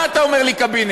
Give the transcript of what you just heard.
מה אתה אומר לי קבינט?